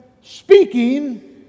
speaking